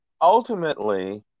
ultimately